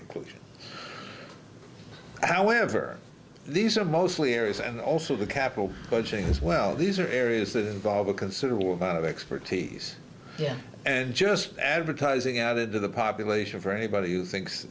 conclusion however these are mostly areas and also the capital budgeting as well these are areas that involve a considerable amount of expertise and just advertising added to the population for anybody who